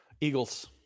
Eagles